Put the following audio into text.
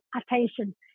attention